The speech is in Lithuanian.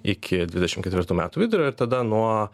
iki dvidešimt ketvirtų metų vidurio ir tada nuo